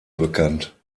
bekannt